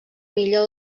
millor